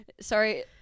sorry